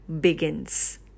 begins